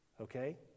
Okay